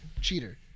cheater